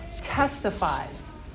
testifies